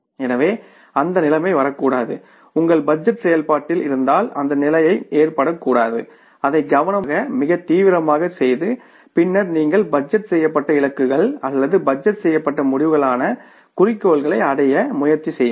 எனவே அந்த நிலைமை வரக்கூடாது உங்கள் பட்ஜெட் செயல்பாட்டில் இருந்தால் அந்த நிலைமை ஏற்படக்கூடாது அதை கவனமாக மிகத் தீவிரமாகச் செய்து பின்னர் நீங்கள் பட்ஜெட் செய்யப்பட்ட இலக்குகள் அல்லது பட்ஜெட் செய்யப்பட்ட முடிவுகளான குறிக்கோள்களை அடைய முயற்சி செய்யுங்கள்